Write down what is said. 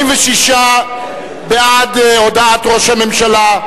46 בעד הודעת ראש הממשלה,